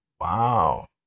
Wow